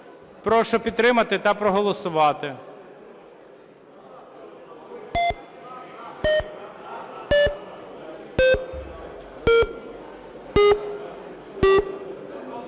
Прошу підтримати та проголосувати.